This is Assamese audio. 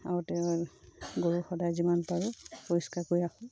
আৰু গৰুক সদায় যিমান পাৰোঁ পৰিষ্কাৰ কৰি ৰাখোঁ